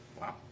Wow